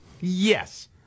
Yes